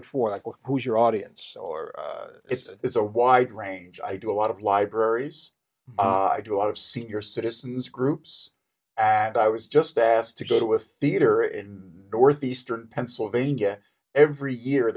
for who's your audience or it's it's a wide range i do a lot of libraries i do a lot of senior citizens groups and i was just asked to go to a theatre in northeastern pennsylvania every year